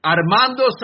Armando